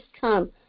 come